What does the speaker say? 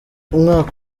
umwaka